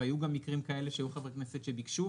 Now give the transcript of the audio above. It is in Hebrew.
והיו גם מקרים כאלה שהיו חברי כנסת שביקשו,